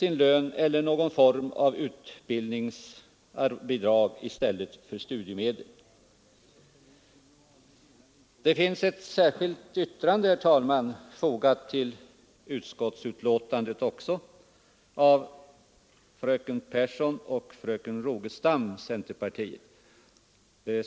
lönen eller någon form av utbildningsbidrag i stället för studiemedel. Det finns, herr talman, också ett särskilt yttrande av fröken Pehrsson och fröken Rogestam, centerpartiet, fogat till utskottsbetänkandet.